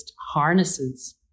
harnesses